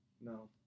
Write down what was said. No